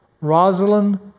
Rosalind